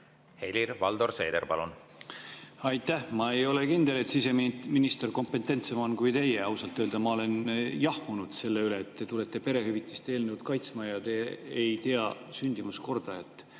Helir-Valdor Seeder, palun!